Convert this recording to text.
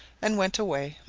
and went away.